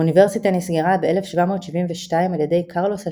האוניברסיטה נסגרה ב-1772 על ידי קרלוס השלישי,